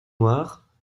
noire